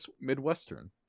Midwestern